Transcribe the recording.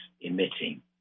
emitting